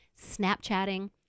Snapchatting